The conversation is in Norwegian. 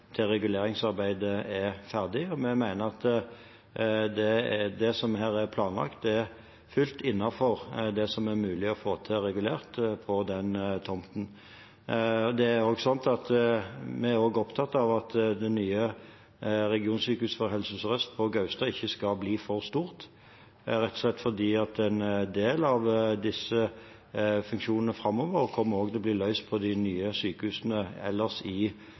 til reguleringsarbeidet er ferdig. Vi mener at det som er planlagt, er fullt ut innenfor det som er mulig å få regulert på den tomten. Vi er også opptatt av at det nye regionsykehuset til Helse Sør-Øst på Gaustad ikke skal bli for stort, rett og slett fordi en del av disse funksjonene framover også kommer til å bli løst på de nye sykehusene ellers i